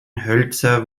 hölzer